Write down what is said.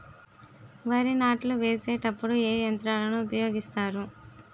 వరి నాట్లు వేసేటప్పుడు ఏ యంత్రాలను ఉపయోగిస్తారు?